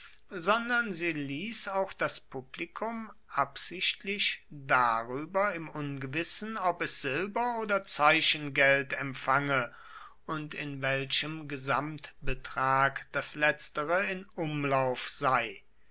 sondern sie ließ auch das publikum absichtlich darüber im ungewissen ob es silber oder zeichengeld empfange und in welchem gesamtbetrag das letztere in umlauf sei